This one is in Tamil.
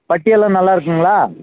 பட்டி எல்லாம் நல்லாயிருக்குங்களா